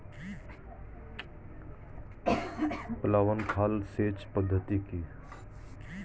প্লাবন খাল সেচ পদ্ধতি কি?